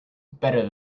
better